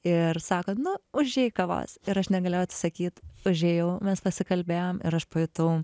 ir sako nu užeik kavos ir aš negalėjau atsisakyt užėjau mes pasikalbėjom ir aš pajutau